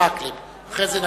אחרי זה חבר הכנסת מקלב,